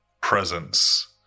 presence